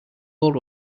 old